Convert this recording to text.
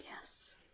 Yes